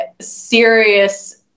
serious